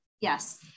yes